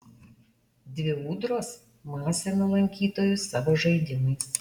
dvi ūdros masina lankytojus savo žaidimais